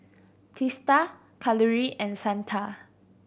Teesta Kalluri and Santha